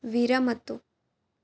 विरमतु